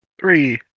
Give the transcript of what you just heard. Three